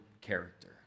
character